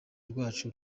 rwacu